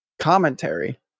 commentary